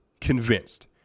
convinced